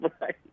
Right